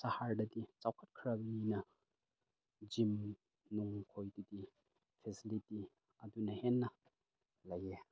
ꯁꯍꯔꯗꯗꯤ ꯆꯥꯎꯈ꯭ꯔꯕꯅꯤꯅ ꯖꯤꯝ ꯅꯨꯡ ꯈꯣꯏꯗꯨꯗꯤ ꯐꯦꯁꯤꯂꯤꯇꯤ ꯑꯗꯨꯅ ꯍꯦꯟꯅ ꯂꯩꯌꯦ